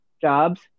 jobs